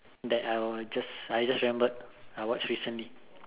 that I will just I just remembered I watched recently